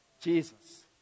Jesus